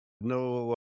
no